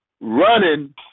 running